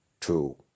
two